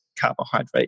carbohydrate